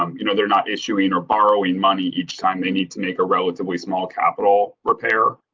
um you know, they're not issuing or borrowing money each time. they need to make a relatively small capital repair.